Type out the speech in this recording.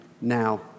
now